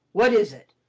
what is it?